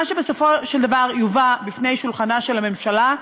מה שבסופו של דבר יובא לשולחנה של הממשלה,